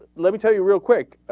let me tell you real quick ah.